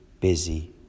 busy